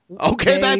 Okay